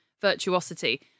virtuosity